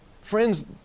Friends